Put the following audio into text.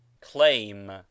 claim